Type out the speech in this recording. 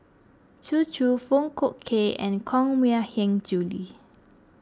Zhu Xu Foong Fook Kay and Koh Mui Hiang Julie